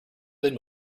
thin